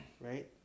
right